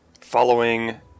Following